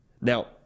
Now